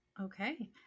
Okay